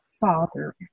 Father